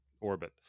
orbit